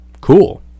cool